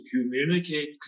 communicate